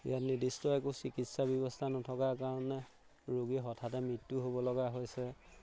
ইয়াত নিৰ্দিষ্ট একো চিকিৎসা ব্যৱস্থা নথকাৰ কাৰণে ৰোগী হঠাতে মৃত্যু হ'ব লগা হৈছে